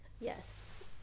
Yes